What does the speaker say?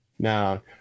now